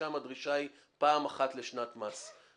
שם הדרישה היא פעם אחת לשנת מס.